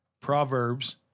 Proverbs